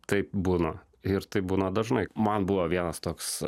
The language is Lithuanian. taip būna ir taip būna dažnai man buvo vienas toks